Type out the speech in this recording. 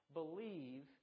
believe